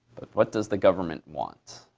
what does the government want?